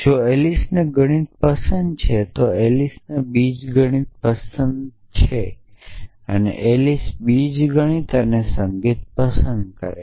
જો એલિસને ગણિત પસંદ છે તો એલિસ બીજગણિત પસંદ કરે છે એલિસ બીજગણિત અને સંગીત પસંદ કરે